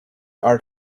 art